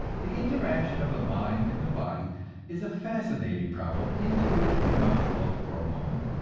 the interaction of the mind and the body is a fascinating problem into which we must look for a moment,